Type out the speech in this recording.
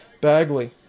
Bagley